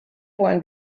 one